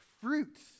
fruits